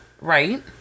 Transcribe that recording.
right